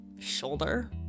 Shoulder